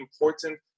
important